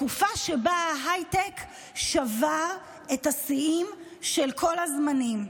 בתקופה שבה ההייטק שבר את השיאים של כל הזמנים: